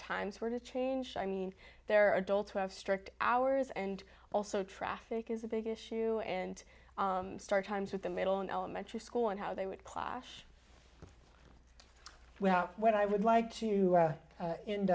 times were to change i mean there are adults who have strict hours and also traffic is a big issue and start times with the middle and elementary school on how they would clash well what i would like to